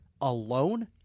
alone